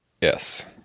Yes